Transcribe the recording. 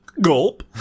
Gulp